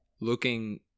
looking